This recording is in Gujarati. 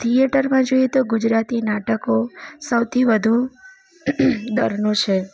થિએટરમાં જોઈએ તો ગુજરાતી નાટકો સૌથી વધુ દરનું છે